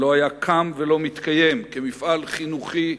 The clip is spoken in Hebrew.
שלא היה קם ולא מתקיים כמפעל חינוכי,